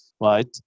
right